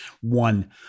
one